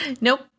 Nope